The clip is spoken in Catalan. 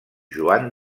joan